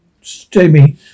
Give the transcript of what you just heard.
Jamie